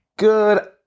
Good